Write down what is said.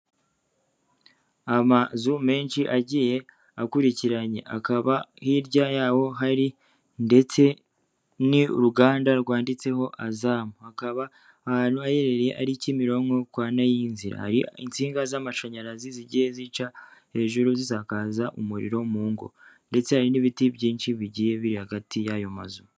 Amazu menshi agiye akurikiranye akaba hirya y'aho hari ndetse n'uruganda rwanditseho, azamu, hakaba aha hantu haherereye ari Kimironko kwa Nayinzira, hari insinga z'amashanyarazi zigiye zica hejuru zisakaza umuriro mu ngo, ndetse hari n'ibiti byinshi bigiye biri hagati y'ayo mazu.